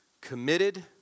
committed